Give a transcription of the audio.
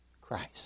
Christ